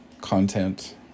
content